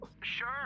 Sure